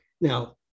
Now